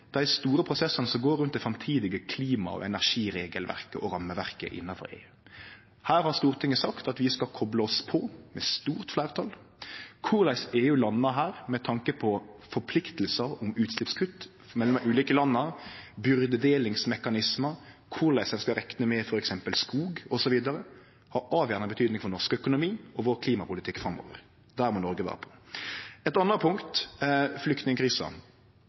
dei store prosessane som går rundt det framtidige klima- og energiregelverket og rammeverket innanfor EU. Her har Stortinget med eit stort fleirtal sagt at vi skal kople oss på. Korleis EU-landa gjer det her – med tanke på forpliktingar om utsleppskutt mellom dei ulike landa, byrdedelingsmekanismar, korleis ein skal rekne med f.eks. skog, osv. – har avgjerande betyding for norsk økonomi og klimapolitikken vår framover. Der må Noreg vere på. Eit anna punkt er